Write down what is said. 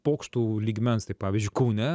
pokštų lygmens tai pavyzdžiui kaune